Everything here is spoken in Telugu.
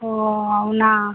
ఓ అవునా